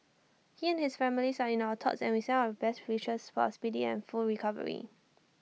he and his family are in our thoughts and we send our best wishes for A speedy and full recovery